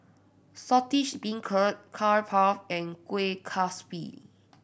Saltish Beancurd Curry Puff and Kueh Kaswi